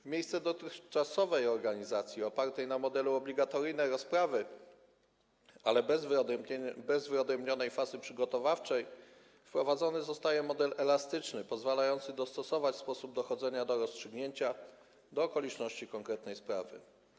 W miejsce dotychczasowej organizacji opartej na modelu obligatoryjnej rozprawy, ale bez wyodrębnionej fazy przygotowawczej wprowadzony zostaje model elastyczny, pozwalający dostosować sposób dochodzenia do rozstrzygnięcia do okoliczności konkretnej sprawy.